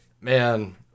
man